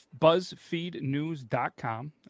BuzzFeedNews.com